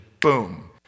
Boom